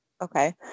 okay